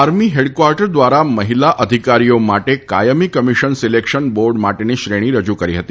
army headquarters દ્વારા મહિલા અધિકારીઓ માટે કાયમી કમિશન સિલેક્શન બોર્ડ માટેની શ્રેણી રજૂ કરી હતી